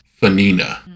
Fanina